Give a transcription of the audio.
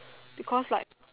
because like